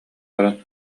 баран